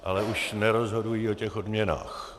Ale už nerozhodují o těch odměnách.